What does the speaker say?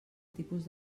tipus